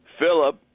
Philip